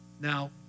Now